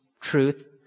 truth